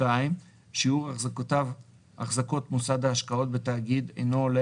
שיעור החזקות מוסד ההשקעות בתאגיד אינו עולה